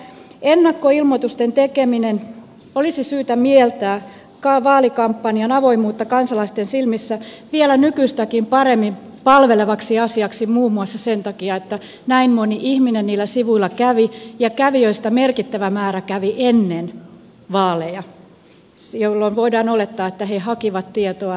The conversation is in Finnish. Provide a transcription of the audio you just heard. ennakkoilmoitusten tekeminen olisi syytä mieltää vaalikampanjan avoimuutta kansalaisten silmissä vielä nykyistäkin paremmin palvelevaksi asiaksi muun muassa sen takia että näin moni ihminen niillä sivuilla kävi ja kävijöistä merkittävä määrä kävi ennen vaaleja jolloin voidaan olettaa että he hakivat tietoa äänestyskäyttäytymistään varten